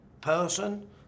person